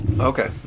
Okay